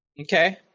okay